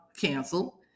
canceled